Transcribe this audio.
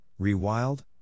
Rewild